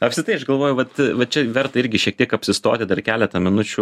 apskritai aš galvoju vat va čia verta irgi šiek tiek apsistoti dar keletą minučių